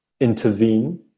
intervene